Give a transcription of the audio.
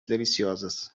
deliciosas